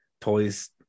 toys